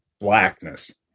blackness